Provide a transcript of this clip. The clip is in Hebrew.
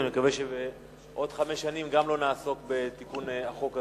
אני מקווה שבעוד חמש שנים לא נעסוק בתיקון החוק הזה.